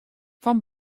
fan